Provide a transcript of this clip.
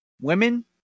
women